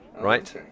Right